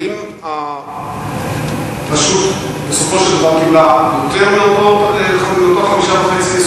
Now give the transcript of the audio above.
האם הרשות בסופו של דבר קיבלה יותר מאותם 5.5,